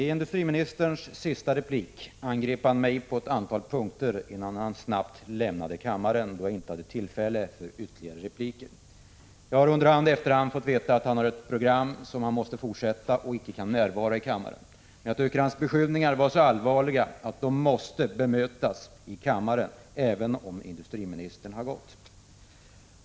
Herr talman! I sin sista replik angrep industriministern mig på ett antal punkter innan han snabbt lämnade kammaren, då jag inte hade tillfälle att ge ytterligare repliker. Jag har under hand fått uppgift om att han har ett program som han måste fortsätta och inte kan närvara i kammaren. Men jag tycker att hans beskyllningar var så allvarliga att de måste bemötas i kammaren även om industriministern har gått.